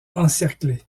encerclé